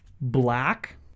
black